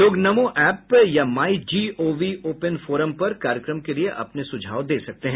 लोग नमो ऐप या MyGov open forum पर कार्यक्रम के लिए अपने सुझाव दे सकते हैं